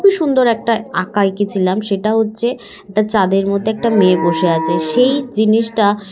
খুবই সুন্দর একটা আঁকা আঁকেছিলাম সেটা হচ্ছে একটা চাঁদের মধ্যে একটা মেয়ে বসে আছে সেই জিনিসটা